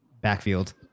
backfield